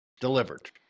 Delivered